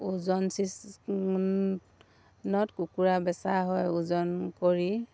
ওজন কুকুৰা বেচা হয় ওজন কৰি